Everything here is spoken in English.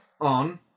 on